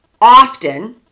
Often